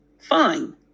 Fine